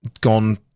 gone